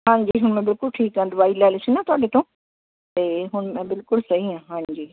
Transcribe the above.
ਹਾਂਜੀ ਹੁਣ ਮੈਂ ਬਿਲਕੁਲ ਠੀਕ ਹਾਂ ਦਵਾਈ ਲੈ ਲਈ ਸੀ ਨਾ ਤੁਹਾਡੇ ਤੋਂ ਤਾਂ ਹੁਣ ਮੈਂ ਬਿਲਕੁਲ ਸਹੀ ਹਾਂ ਹਾਂਜੀ